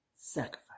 sacrifice